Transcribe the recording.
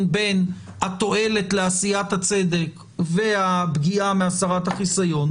בין התועלת לעשיית הצדק והפגיעה מהסרת החיסיון,